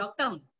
lockdown